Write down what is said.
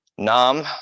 Nam